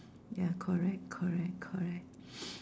ya correct correct correct